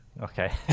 okay